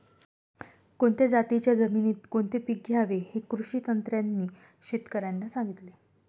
कोणत्या जातीच्या जमिनीत कोणते पीक घ्यावे हे कृषी तज्ज्ञांनी शेतकर्यांना सांगितले